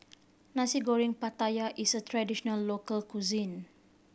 Nasi Goreng Pattaya is a traditional local cuisine